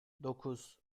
dokuz